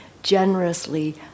generously